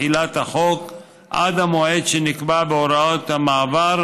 תחילת החוק עד המועד שנקבע בהוראת המעבר,